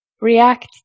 react